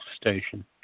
station